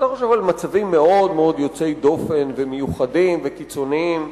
אתה חושב על מצבים מאוד יוצאי דופן ומיוחדים וקיצוניים.